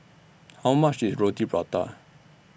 How much IS Roti Prata